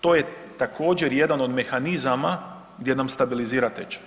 To je također jedan od mehanizama gdje nam stabilizira tečaj.